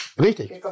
Richtig